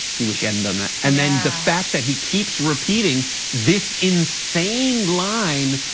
you wish he hadn't done that. and then the fact that he keeps repeating this insane line,